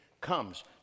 comes